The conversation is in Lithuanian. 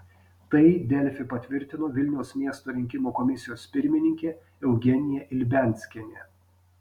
tai delfi patvirtino vilniaus miesto rinkimų komisijos pirmininkė eugenija ibianskienė